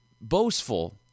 boastful